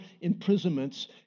imprisonments